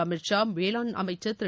அமித்ஷா வேளாண் அமைச்சர் திரு